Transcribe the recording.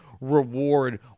reward